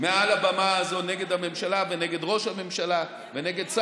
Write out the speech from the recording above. מעל הבמה הזאת נגד הממשלה ונגד ראש